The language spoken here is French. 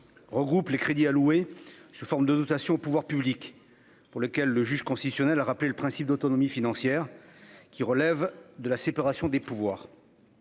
regroupe les crédits alloués sous forme de dotation aux pouvoirs publics pour lequel le juge constitutionnel, a rappelé le principe d'autonomie financière qui relèvent de la séparation des pouvoirs.